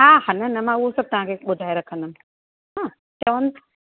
हा न न मां उओ सब तांखे ॿुधाए रखंदम हा चओ